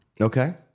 okay